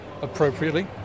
appropriately